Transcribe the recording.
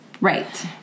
Right